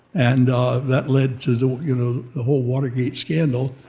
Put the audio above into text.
and that led to the you know whole watergate scandal.